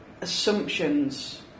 assumptions